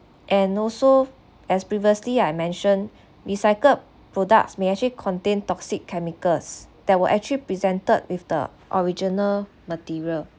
and also as previously I mentioned recycled products may actually contain toxic chemicals that were actually presented with the original material